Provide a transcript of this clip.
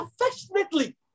affectionately